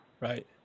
Right